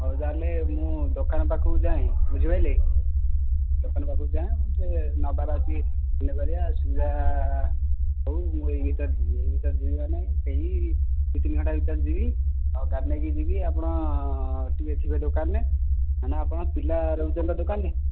ହଉ ତାହେଲେ ମୁଁ ଦୋକାନ ପାଖକୁ ଯାଏଁ ବୁଝିପାଇଲେ ଦୋକାନ ପାଖକୁ ଯାଏ ମୋତେ ନେବାର ଅଛି କରିବା ସୁବିଧା ହେଉ ମୁଁ ଏହି ଭିତରେ ଯିବି ଏହି ଭିତରେ ଯିବି ମାନେ ସେହି ଦୁଇ ତିନି ଘଣ୍ଟା ଭିତରେ ଯିବି ଆଉ ଗାଡି ନେଇକି ଯିବି ଆପଣ ଟିକେ ଥିବେ ଦୋକାନ ରେ ମାନେ ଆପଣଙ୍କ ପିଲା ରହୁଛନ୍ତି ତ ଦୋକାନ ରେ